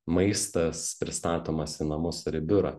maistas pristatomas į namus ar į biurą